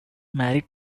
married